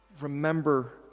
Remember